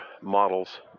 models